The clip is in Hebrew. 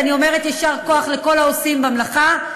ואני אומרת יישר כוח לכל העושים במלאכה,